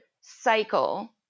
cycle